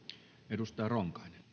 arvoisa